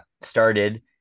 started